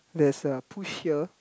there is a push here